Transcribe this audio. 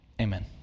amen